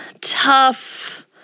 tough